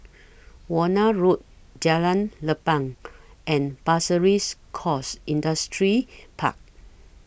Warna Road Jalan Lapang and Pasir Ris Coast Industrial Park